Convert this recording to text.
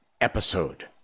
episode